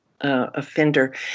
offender